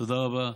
תודה רבה.